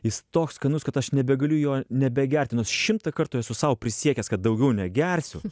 jis toks skanus kad aš nebegaliu jo nebegeti nors šimtą kartų esu sau prisiekęs kad daugiau negersiu